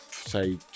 say